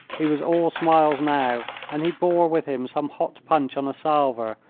he was all smiles now, and he bore with him some hot punch on a salver,